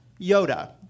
Yoda